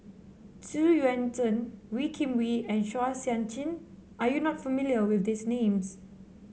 Xu Yuan Zhen Wee Kim Wee and Chua Sian Chin are you not familiar with these names